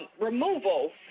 removal